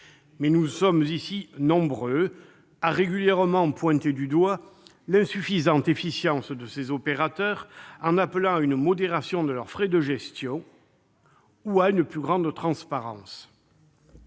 Sénat, nous sommes nombreux à régulièrement pointer du doigt l'insuffisante efficience de ses opérateurs, en appelant à une modération de leurs frais de gestion ou à une plus grande transparence.